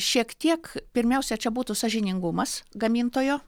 šiek tiek pirmiausia čia būtų sąžiningumas gamintojo